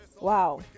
Wow